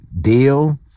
deal